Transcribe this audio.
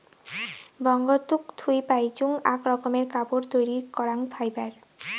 বঙ্গতুক থুই পাইচুঙ আক রকমের কাপড় তৈরী করাং ফাইবার